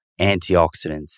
antioxidants